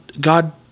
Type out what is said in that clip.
God